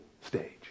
stage